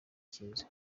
kiza